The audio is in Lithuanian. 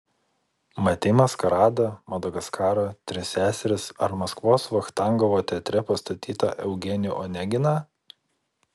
matei maskaradą madagaskarą tris seseris ar maskvos vachtangovo teatre pastatytą eugenijų oneginą